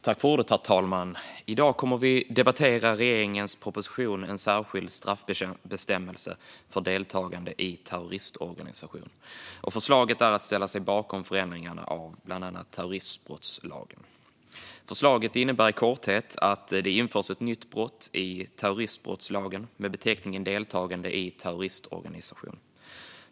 Herr talman! I dag kommer vi att debattera regeringens proposition En särskild straffbestämmelse för deltagande i en terroristorganisation . Förslaget är att ställa sig bakom förändringarna av bland annat terroristbrottslagen. Förslaget innebär i korthet att det införs ett nytt brott i terroristbrottslagen med beteckningen deltagande i en terroristorganisation.